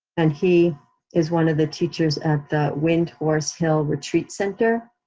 and he is one of the teachers at the windhorse hill retreat center,